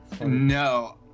no